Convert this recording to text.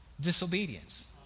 disobedience